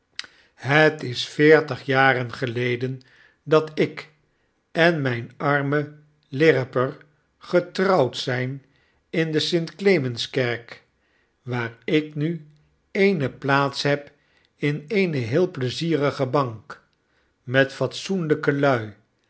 het is veertig jaren geleden dat ik en myn arme lirriper getrouwd zyn in de st clemenskerk waar ik nu eene plaats heb in eene heel pleizierige bank met fatsoenlyke lui